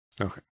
Okay